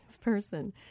person